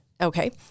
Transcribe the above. Okay